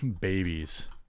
babies